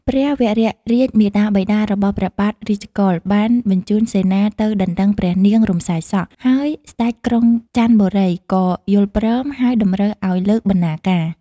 ព្រះវររាជមាតាបិតារបស់ព្រះបាទរាជកុល បានបញ្ជូនសេនាទៅដណ្ដឹងព្រះនាងរំសាយសក់ ហើយស្ដេចក្រុងចន្ទបុរីក៏យល់ព្រម ដោយតម្រូវឲ្យលើកបណ្ណាការ។